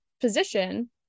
position